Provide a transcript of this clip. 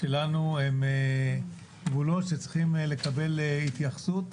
שלנו הם גבולות שצריכים לקבל התייחסות.